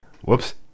Whoops